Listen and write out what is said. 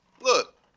Look